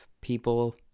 people